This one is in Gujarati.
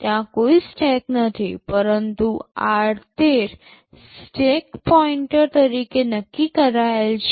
ત્યાં કોઈ સ્ટેક નથી પરંતુ r13 સ્ટેક પોઇન્ટર તરીકે નક્કી કરાયેલ છે